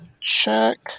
check